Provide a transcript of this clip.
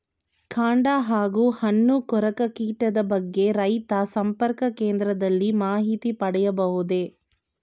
ಕಾಂಡ ಹಾಗೂ ಹಣ್ಣು ಕೊರಕ ಕೀಟದ ಬಗ್ಗೆ ರೈತ ಸಂಪರ್ಕ ಕೇಂದ್ರದಲ್ಲಿ ಮಾಹಿತಿ ಪಡೆಯಬಹುದೇ?